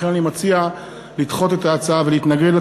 ולכן אני מציע לדחות את ההצעה ולהתנגד לה.